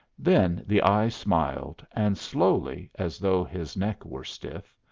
then the eyes smiled, and slowly, as though his neck were stiff,